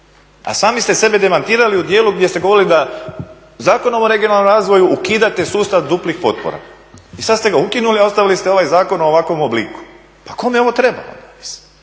A sami ste sebe demantirali u dijelu gdje ste govorili da Zakonom o regionalnom razvoju ukidate sustav duplih potpora i sad ste ga ukinuli, a ostavili ste ovaj zakon u ovakvom obliku. Pa kome ovo treba? Onda bolje